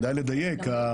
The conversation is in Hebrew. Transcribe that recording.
כדאי לדייק.